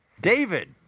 David